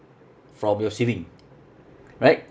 from your saving right